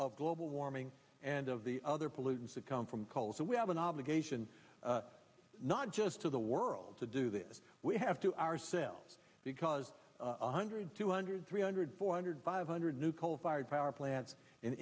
of global warming and of the other pollutants that come from coal so we have an obligation not just to the world to do this we have to ourselves because one hundred two hundred three hundred four hundred five hundred new coal fired power plants in